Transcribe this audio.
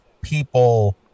people